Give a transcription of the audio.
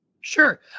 Sure